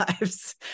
lives